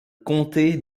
comté